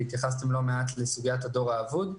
והתייחסתם לא מעט לסוגיית הדור האבוד.